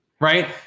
right